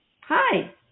Hi